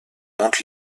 mantes